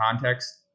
context